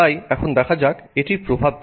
তাই এখন দেখা যাক এটির প্রভাব কি